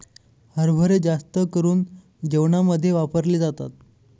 हरभरे जास्त करून जेवणामध्ये वापरले जातात